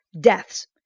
deaths